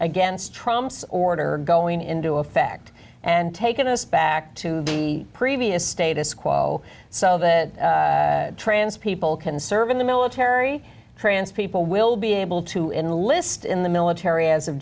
against trump's order going into effect and taking us back to the previous status quo so the trans people can serve in the military transfer people will be able to enlist in the military as